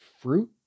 fruit